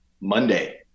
monday